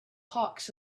hawks